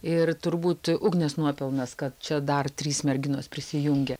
ir turbūt ugnės nuopelnas kad čia dar trys merginos prisijungia